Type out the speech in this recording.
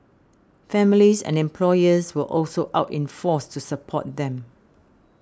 families and employers were also out in force to support them